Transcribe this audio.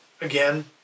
again